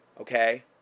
okay